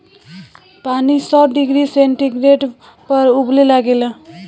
पानी सौ degree centigrade पर उबले लागेला